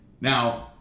Now